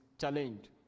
challenged